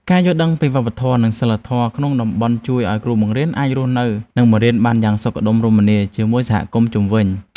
ការយល់ដឹងពីវប្បធម៌និងសីលធម៌ក្នុងតំបន់ជួយឱ្យគ្រូបង្រៀនអាចរស់នៅនិងបង្រៀនបានយ៉ាងសុខដុមរមនាជាមួយសហគមន៍ជុំវិញ។